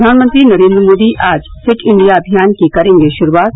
प्रधानमंत्री नरेन्द्र मोदी आज Fit India अभियान की करेंगे शुरूआत